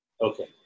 Okay